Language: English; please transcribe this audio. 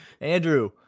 Andrew